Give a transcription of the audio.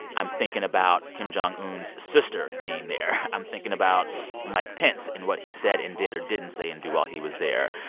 i'm thinking about kim jong un's sister being there. i'm thinking about mike pence, and what he said and did or didn't say and do while he was there.